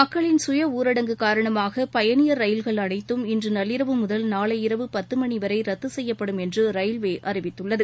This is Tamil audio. மக்களின் சுய ஊரடங்கு காரணமாகபயணியர் ரயில்கள் அனைத்தும் இன்றுநள்ளிரவு முதல் நாளை இரவு பத்துமணிவரைரத்துசெய்யப்படும் என்றுரயில்வேஅறிவித்துள்ளது